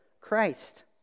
Christ